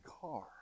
car